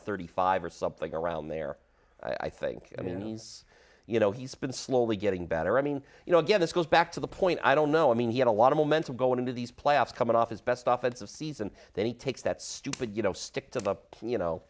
to thirty five or something around there i think i mean he's you know he's been slowly getting better i mean you know again this goes back to the point i don't know i mean he had a lot of momentum going into these playoffs coming off his best off as of season then he takes that stupid you know stick to the plan you know